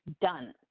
done